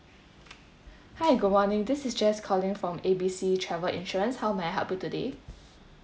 hi good morning this is jess calling from A B C travel insurance how may I help you today